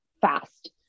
fast